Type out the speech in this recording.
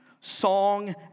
song